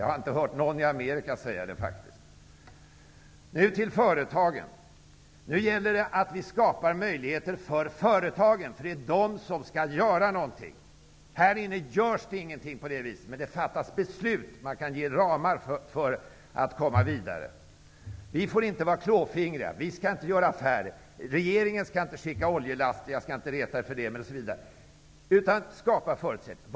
Jag har faktiskt inte hört någon säga det i Amerika. Nu till företagen. Nu gäller det att skapa möjligheter för företagen. Det är de som skall göra något. Här inne görs det ingenting på det viset, men här fattas beslut. Det går att ge ramar för att komma vidare. Vi får inte vara klåfingriga. Vi skall inte göra affärer. Regeringen skall inte skicka iväg oljelaster, osv. Jag skall inte reta er för det. Skapa förutsättningar!